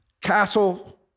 castle